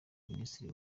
minisiteri